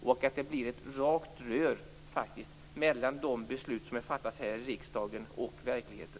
Det måste bli raka rör mellan de beslut som fattas här i riksdagen och verkligheten.